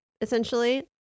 essentially